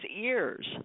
ears